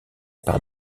par